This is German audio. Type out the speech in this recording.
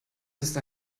ist